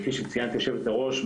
כפי שציינה היושבת-ראש,